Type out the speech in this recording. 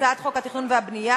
הצעת חוק התכנון והבנייה